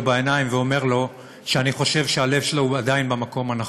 בעיניים ואומר לו שאני חושב שהלב שלו עדיין במקום הנכון.